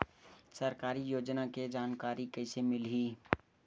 सरकारी योजना के जानकारी कइसे मिलही?